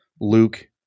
Luke